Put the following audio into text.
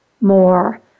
more